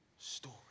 story